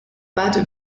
bade